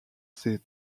ses